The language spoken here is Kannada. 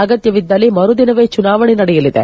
ಅಗತ್ಲವಿದ್ದಲ್ಲಿ ಮರುದಿನವೇ ಚುನಾವಣೆ ನಡೆಯಲಿದೆ